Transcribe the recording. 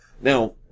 Now